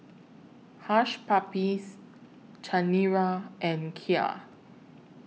Hush Puppies Chanira and Kia